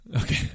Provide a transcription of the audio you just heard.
Okay